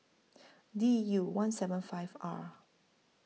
D U one seven five R